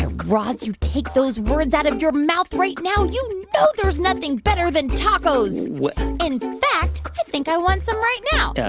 ah you take those words out of your mouth right now. you know there's nothing better than tacos. in fact, i think i want some right now. yeah